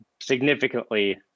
significantly